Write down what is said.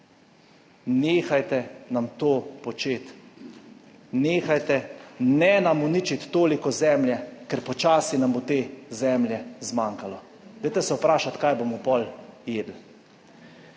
nehajte nam to početi! Ne nam uničiti toliko zemlje, ker počasi nam bo te zemlje zmanjkalo! Dajte se vprašati kaj bomo pol jedli.